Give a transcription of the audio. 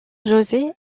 josé